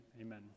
amen